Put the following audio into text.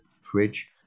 fridge